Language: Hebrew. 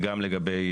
גם לגבי